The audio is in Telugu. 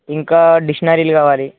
ఇంకా డిక్షనరీలు కావాలి